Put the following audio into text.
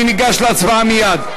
אני ניגש להצבעה מייד.